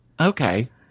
Okay